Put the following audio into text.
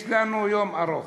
יש לנו יום ארוך.